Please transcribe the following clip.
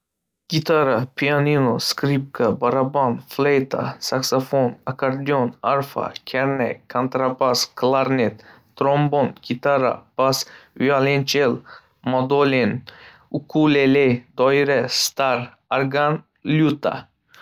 Gitara, pianino, skripka, baraban, fleyta, saksofon, akordeon, arfa, karnay, kontrabas, klarnet, trombon, gitara, bas, violonchel, mandolin, ukulele, doira, sitar, organ, lyuta.